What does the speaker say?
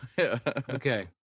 Okay